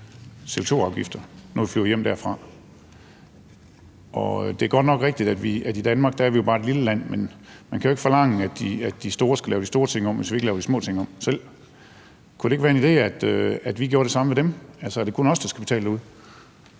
CO2-afgifter, når vi flyver hjem derfra. Og det er godt nok rigtigt, at vi i Danmark bare er et lille land, men man kan jo ikke forlange, at de store skal lave de store ting om, hvis vi ikke selv laver de små ting om. Kunne det ikke være en idé, at vi gjorde det samme hos dem? Altså, er det kun os, der skal betale derude?